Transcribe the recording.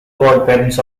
godparents